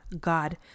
God